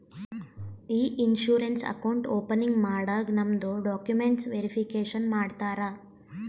E insurance account opening ಮಾಡಾಗ್ ನಮ್ದು documents verification ಮಾಡ್ತಾರ